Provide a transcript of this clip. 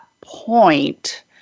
point